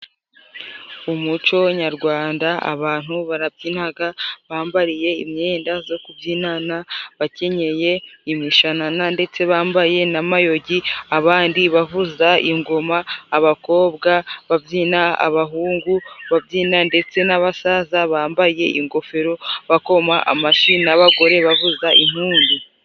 Umuco nyarwanda abantu barabyinaga bambariye imyenda zo kubyinana， bakenyeye imishanana ndetse bambaye n'amayogi，abandi bavuza ingoma， abakobwa babyina，abahungu babyina ndetse n'abasaza bambaye ingofero bakoma amashyi，n'abagore bavuza impundu.